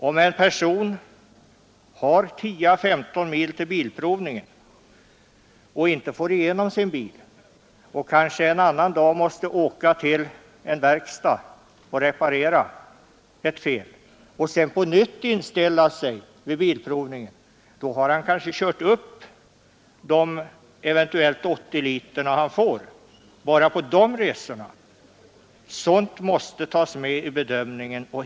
Om en person har 10 å 15 mil till bilprovningen och inte får igenom sin bil utan kanske en annan dag måste åka till en verkstad och reparera felet och sedan på nytt inställa sig för bilprovning, har han kanske enbart på de resorna kört upp de eventuellt 80 liter bensin som han får. Sådant måste tas med vid bedömningen.